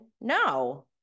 No